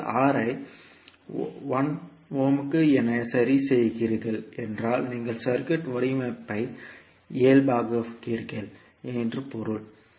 நீங்கள் R ஐ 1 ohm என சரி செய்கிறீர்கள் என்றால் நீங்கள் சர்க்யூட் வடிவமைப்பை இயல்பாக்குகிறீர்கள் என்று பொருள்